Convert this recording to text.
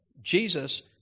Jesus